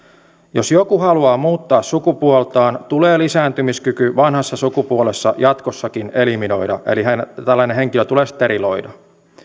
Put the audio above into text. jos joku haluaa muuttaa sukupuoltaan tulee lisääntymiskyky vanhassa sukupuolessa jatkossakin eliminoida eli tällainen henkilö tulee steriloida